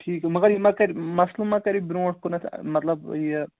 ٹھیٖک مگر یہِ ما کَرِ مَسلہٕ ما کَرِ برٛونٛٹھ کُنَتھ مطلب یہِ